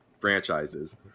franchises